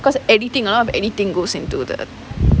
'because anything uh anything goes into that